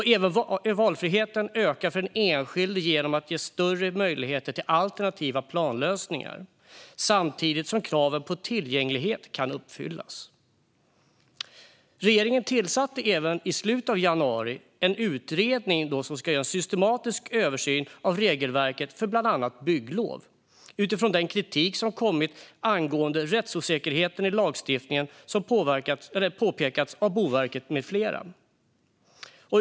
Även valfriheten för den enskilde ökar genom att större möjligheter till alternativa planlösningar ges samtidigt som kraven på tillgänglighet kan uppfyllas. I slutet av januari tillsatte regeringen en utredning som ska göra en systematisk översyn av regelverket för bland annat bygglov utifrån den kritik angående rättsosäkerheten i lagstiftningen som kommit från Boverket med flera.